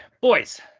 boys